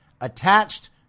attached